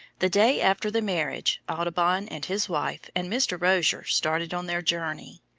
the day after the marriage, audubon and his wife and mr. rozier started on their journey.